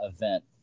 event